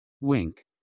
Wink